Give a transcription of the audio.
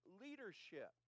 leadership